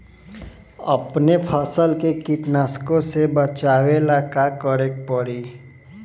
अपने फसल के कीटनाशको से बचावेला का करे परी?